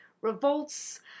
revolts